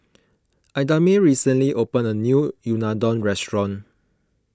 Idamae recently opened a new Unadon restaurant